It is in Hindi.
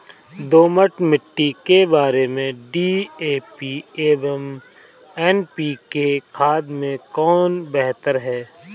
दोमट मिट्टी के लिए डी.ए.पी एवं एन.पी.के खाद में कौन बेहतर है?